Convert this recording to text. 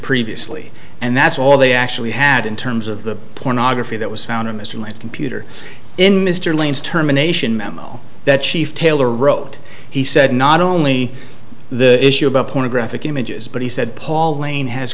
previously and that's all they actually had in terms of the pornography that was found in mr white's computer in mr lane's terminations memo that chief taylor wrote he said not only the issue about pornographic images but he said paul lane has